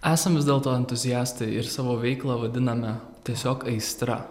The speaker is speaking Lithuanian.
esam vis dėlto entuziastai ir savo veiklą vadiname tiesiog aistra